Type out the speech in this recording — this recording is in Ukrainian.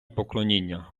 поклоніння